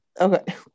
Okay